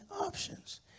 options